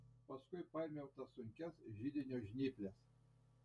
paskui paėmiau tas sunkias židinio žnyples